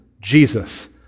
Jesus